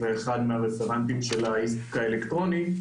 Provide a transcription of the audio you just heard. ואחד מהרפרנטים של האיזוק האלקטרוני,